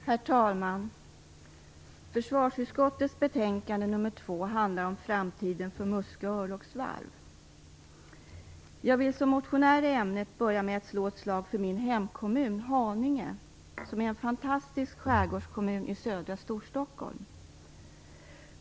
Herr talman! Försvarsutskottets betänkande nr 2 handlar om framtiden för Muskö örlogsvarv. Jag vill som motionär i ämnet börja med att slå ett slag för min hemkommun, Haninge, som är en fantastisk skärgårdskommun i södra Storstockholm.